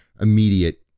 immediate